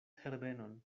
herbenon